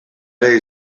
ere